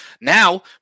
now